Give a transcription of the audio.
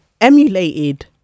emulated